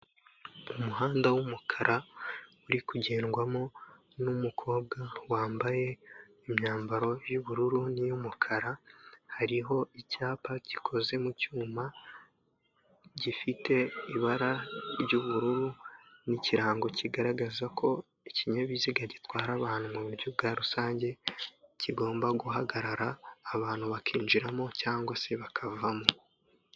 Umuhanda w'umukara uri kugendwamo n'umukobwa wambaye imyambaro y'ubururu n'iy'umukara, hariho icyapa gikoze mu cyuma gifite ibara ry'ubururu n'ikirango kigaragaza ko ikinyabiziga gitwara abantu mu buryo bwa rusange kigomba guhagarara abantu bakinjiramo cyangwa se bakavamo.